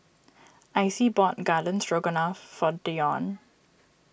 Icy bought Garden Stroganoff for Dionne